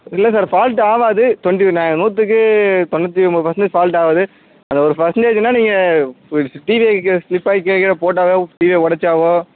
இல்லை sir fault ஆகாது twenty ந நூற்றுக்கு தொண்ணூற்றி ஒம்பது பர்சன்டேஜ் ஃபால்ட் ஆகாது அந்த ஒரு பர்சன்டேஜுனால் நீங்கள் டிவியை இங்கே ஸ்லிப்பாகி கீழே கீழே போட்டாவோ டிவியை உடச்சாவோ